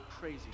Crazy